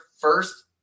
first